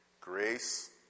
grace